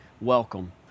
Welcome